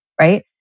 right